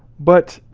but,